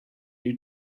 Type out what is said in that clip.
you